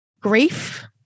grief